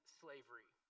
slavery